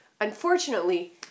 Unfortunately